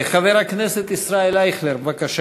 חבר הכנסת ישראל אייכלר, בבקשה.